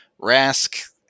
Rask